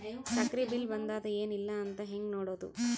ಸಕ್ರಿ ಬಿಲ್ ಬಂದಾದ ಏನ್ ಇಲ್ಲ ಅಂತ ಹೆಂಗ್ ನೋಡುದು?